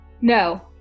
No